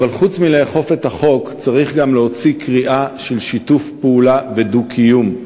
אבל חוץ מלאכוף את החוק צריך גם להוציא קריאה של שיתוף פעולה ודו-קיום.